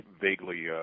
vaguely